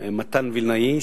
מתן וילנאי,